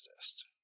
exist